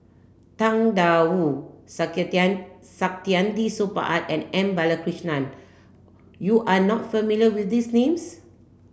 Tang Da Wu Saktiandi Supaat and M Balakrishnan you are not familiar with these names